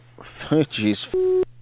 Jeez